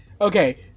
Okay